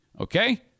Okay